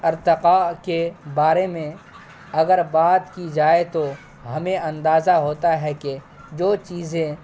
ارتقاء کے بارے میں اگر بات کی جائے تو ہمیں اندازہ ہوتا ہے کہ جو چیزیں